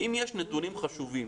אם יש נתונים חשובים,